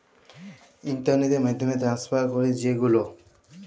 ইলটারলেটের মাধ্যমে টাকা টেনেসফার ক্যরি যে গুলা